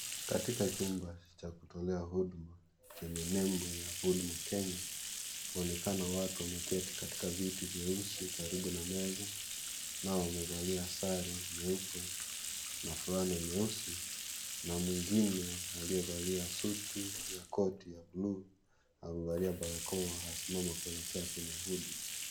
Katika chumba cha kutolea huduma chenye nembo ya Huduma Kenya, paonekana watu wameketi kwenye viti vyeusi karibu na meza, nao wamevalia sare nyeupe na vulana nyeusi na mwengine aliyevalia suti ya koti ya blue , amevalia barakoa anasimama akielekea kwenye huduma.